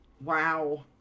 wow